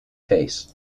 case